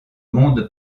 monde